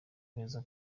heza